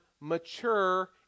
mature